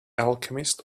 alchemist